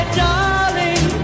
darling